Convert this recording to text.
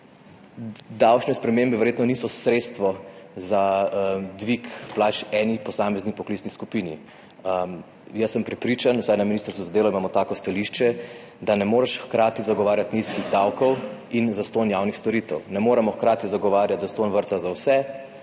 davčne spremembe verjetno niso sredstvo za dvig plač eni posamezni poklicni skupini. Jaz sem prepričan, vsaj na Ministrstvu za delo imamo tako stališče, da ne moreš hkrati zagovarjati nizkih davkov in zastonj javnih storitev. Ne moremo hkrati zagovarjati zastonj vrtca za vse,